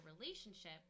relationship